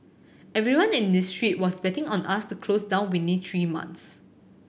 everyone in this street was betting on us to close down within three months